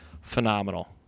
Phenomenal